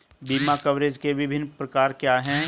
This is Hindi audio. बीमा कवरेज के विभिन्न प्रकार क्या हैं?